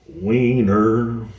wiener